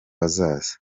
hazaza